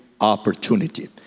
opportunity